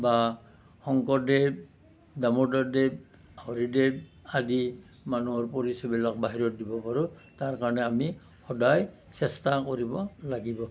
বা শংকৰদেৱ দামোদৰদেৱ হৰিদেৱ আদি মানুহৰ পৰিচয়বিলাক বাহিৰত দিব পাৰোঁ তাৰ কাৰণে আমি সদায় চেষ্টা কৰিব লাগিব